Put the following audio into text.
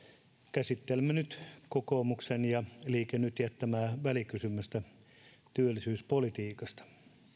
käsittelemme nyt kokoomuksen ja liike nytin jättämää välikysymystä työllisyyspolitiikasta